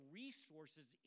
resources